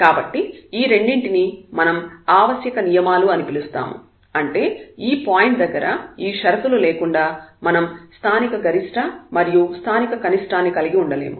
కాబట్టి ఈ రెండింటినీ మనం ఆవశ్యక నియమాలు అని పిలుస్తాము అంటే ఈ పాయింట్ దగ్గర ఈ షరతులు లేకుండా మనం స్థానిక గరిష్ట మరియు స్థానిక కనిష్టాన్ని కలిగి ఉండలేము